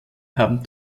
haben